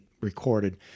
recorded